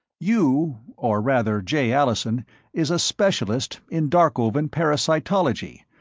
you or rather, jay allison is a specialist in darkovan parasitology,